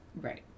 Right